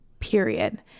period